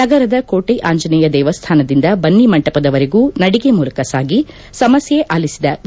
ನಗರದ ಕೋಟಿ ಆಂಜನೇಯ ದೇವಸ್ಥಾನದಿಂದ ಬನ್ನಿ ಮಂಟಪದವರೆಗೂ ನಡಿಗೆ ಮೂಲಕ ಸಾಗಿ ಸಮಸ್ಥೆ ಆಲಿಸಿದ ವಿ